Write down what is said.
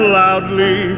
loudly